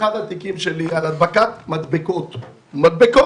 באחד התיקים שלי על הדבקת מדבקות וכרוזים